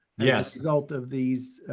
yeah so result of these